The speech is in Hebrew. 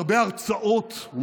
הרבה הרצאות.